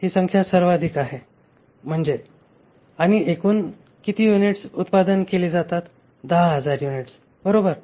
ही सर्वाधिक संख्या आहे आणि एकूण किती युनिट्स उत्पादित केली जातात 10000 युनिट्स बरोबर